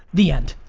the end.